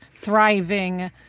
thriving